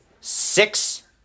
six